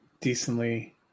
decently